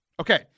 Okay